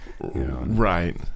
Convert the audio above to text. Right